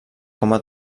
coma